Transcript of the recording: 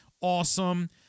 Awesome